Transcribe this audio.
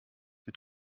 mit